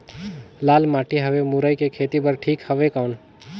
लाल माटी हवे मुरई के खेती बार ठीक हवे कौन?